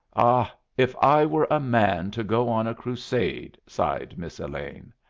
ah, if i were a man to go on a crusade! sighed miss elaine.